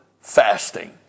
fasting